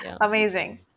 Amazing